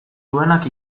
duenak